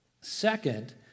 Second